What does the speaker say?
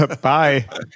Bye